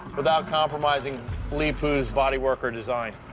without compromising leepu's bodywork or design.